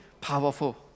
powerful